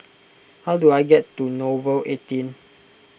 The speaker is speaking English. how do I get to Nouvel eighteen